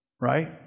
Right